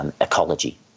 ecology